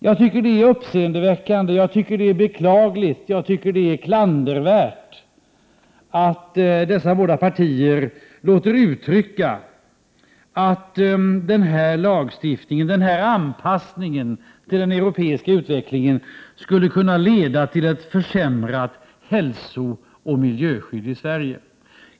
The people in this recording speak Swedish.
Jag tycker det är såväl uppseendeväckande som beklagligt och klandervärt att dessa båda partier låter uttrycka att den här lagstiftningen, den här anpassningen till den europeiska utvecklingen, skulle kunna leda till ett försämrat hälsooch miljöskydd i Sverige.